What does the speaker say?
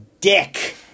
dick